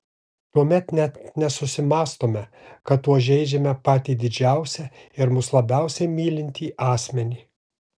tuomet net nesusimąstome kad tuo žeidžiame patį didžiausią ir mus labiausiai mylintį asmenį